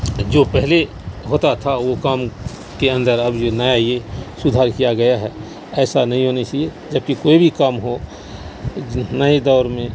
جو پہلے ہوتا تھا وہ کام کے اندر اب جو نیا یہ سدھار کیا گیا ہے ایسا نہیں ہونی چاہیے جبکہ کوئی بھی کام ہو نئے دور میں